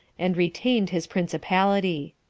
and retained his principality.